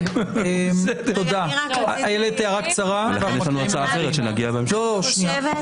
לכן יש לנו הצעה אחרת שנגיע אליה בהמשך.